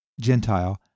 Gentile